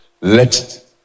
Let